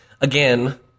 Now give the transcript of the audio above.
again